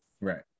right